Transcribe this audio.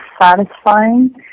satisfying